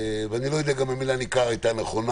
ואני לא יודע אם המילה ניכר היא מילה נכונה.